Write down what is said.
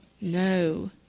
No